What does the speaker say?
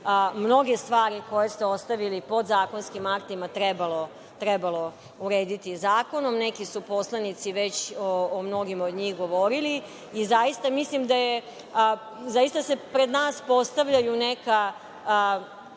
mnoge stvari koje ste ostavili podzakonskim aktima trebalo urediti zakonom. Neki su poslanici već o mnogima od njih govorili i zaista se pred nas postavljaju neka